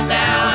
now